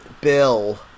Bill